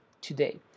today